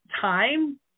time